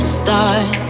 start